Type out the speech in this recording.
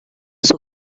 sus